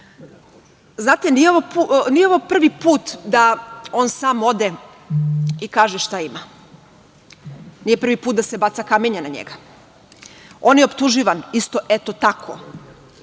nije ovo prvi put da on sam ode i kaže šta ima, nije prvi put da se baca kamenje na njega. On je optuživan isto eto tako,